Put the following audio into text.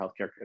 healthcare